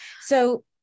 So-